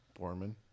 borman